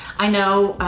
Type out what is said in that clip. i know